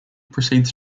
proceeds